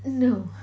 no